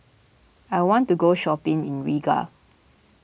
I want to go shopping in Riga